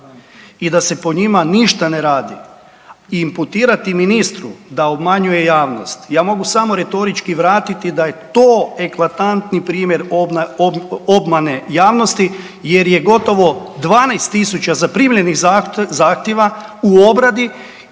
i da se po njima ništa ne radi i imputirati ministru da obmanjuje javnost, ja mogu samo retorički vratiti da je to eklatantni primjer obmane javnosti jer je gotovo 12.000 zaprimljenih zahtjeva u obradi